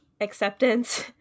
acceptance